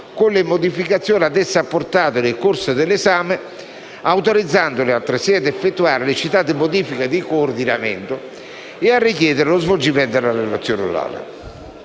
con le modificazioni ad esso apportate nel corso dell'esame, autorizzandoli altresì ad effettuare le citate modifiche di coordinamento e a richiedere lo svolgimento della relazione orale;